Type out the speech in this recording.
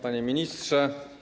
Panie Ministrze!